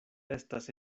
estas